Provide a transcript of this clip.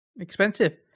expensive